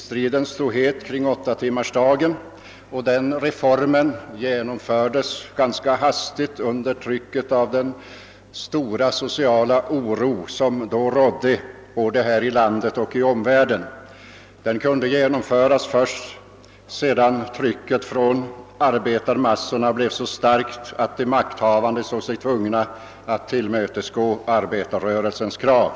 Striden stod het kring åttatimmarsdagen, och den reformen genomfördes ganska hastigt under trycket av den stora sociala oro som då rådde här i landet och i omvärlden. Åttatimmarsdagen kunde komma till stånd först sedan trycket från arbetarmassorna hade blivit så starkt att de makthavande såg sig tvungna att tillmötesgå arbetarrörelsens krav.